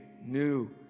new